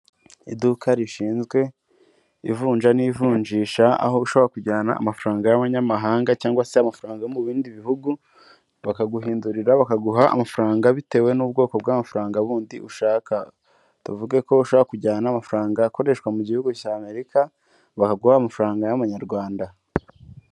Iduka rishinzwe ivunja n'ivunjisha aho ushobora kujyana amafaranga y'amanyamahanga cyangwa se amafaranga yo mu bindi bihugu bakaguhindurira bakaguha amafaranga bitewe n'ubwoko bw'amafaranga bundi ushaka. Tuvuge ko ushaka kujyana amafaranga akoreshwa mu gihugu cy amerika bahaguha amafaranga y'amanyarwanda.